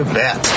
bet